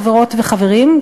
חברות וחברים,